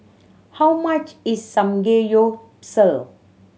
how much is Samgeyopsal